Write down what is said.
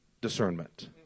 discernment